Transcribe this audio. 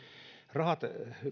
rahat